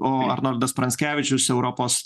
o arnoldas pranckevičius europos